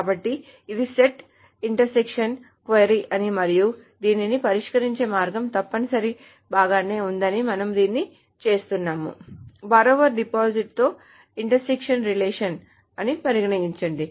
కాబట్టి ఇది set intersection query అని మరియు దీనిని పరిష్కరించే మార్గం తప్పనిసరిగా బాగానే ఉందని మనము దీన్ని చేస్తున్నాము బార్రోవర్ డిపాజిటర్తో ఇంటర్సెక్షన్ రేలషన్ అని పరిగణించండి